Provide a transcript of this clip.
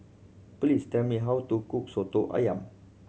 please tell me how to cook Soto Ayam